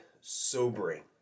sobering